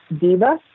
Diva